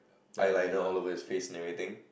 eyeliner all over his face and everything